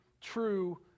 true